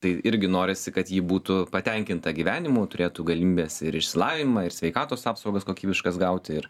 tai irgi norisi kad ji būtų patenkinta gyvenimu turėtų galimybes ir išsilavinimą ir sveikatos apsaugas kokybiškas gauti ir